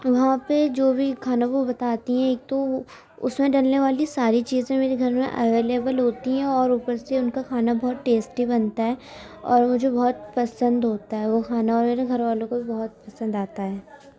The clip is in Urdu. وہاں پہ جو بھی کھانا وہ بتاتی ہیں ایک تو اس میں ڈلنے والی ساری چیزیں میرے گھر میں اویلیبل ہوتی ہیں اور اوپر سے ان کا کھانا بہت ٹیسٹی بنتا ہے اور مجھے بہت پسند ہوتا ہے وہ کھانا اور میرے گھر والوں کو بھی بہت پسند آتا ہے